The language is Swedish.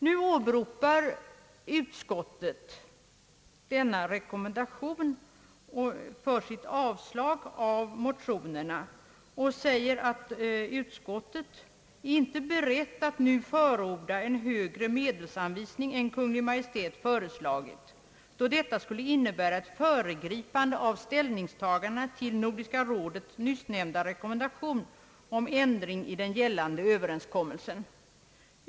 Nu åberopar statsutskottet denna rekommendation för sitt avstyrkande av motionerna och säger att utskottet »inte är berett att nu förorda en högre medelsanvisning än vad Kungl. Maj:t har föreslagit, då detta skulle innebära ett föregripande av ställningstagandena till Nordiska rådets nyssnämnda rekommendation om ändring i den gällande överenskommelsen.